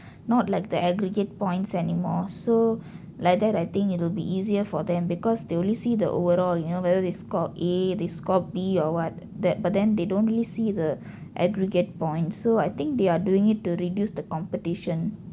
not like the aggregate points anymore so like that I think it'll be easier for them because they only see the overall you know whether they score a they score B or [what] that but then they don't really see the aggregate points so I think they're doing it to reduce the competition